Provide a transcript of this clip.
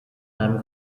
einem